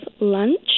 lunch